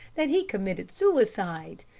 that he committed suicide.